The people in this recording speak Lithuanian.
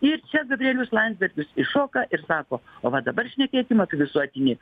ir čia gabrielius landsbergis iššoka ir sako o va dabar šnekėsim apie visuotinį